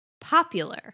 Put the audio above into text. Popular